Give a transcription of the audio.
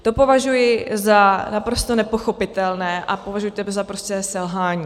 To považuji za naprosto nepochopitelné a považuji to za naprosté selhání.